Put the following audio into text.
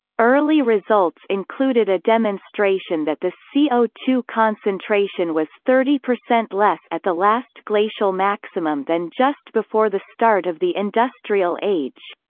early results included a demonstration that the c o two concentration was thirty percent less at the last glacial maximum than just before the start of the industrial age.